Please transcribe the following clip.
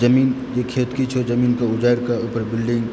जमीन जे खेत किछु जमीन कऽ उजाड़िकऽ ओहिपर बिल्डिंग